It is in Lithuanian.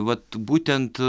vat būtent